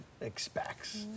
expects